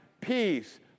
peace